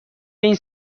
این